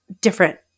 different